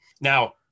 Now